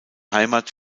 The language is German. heimat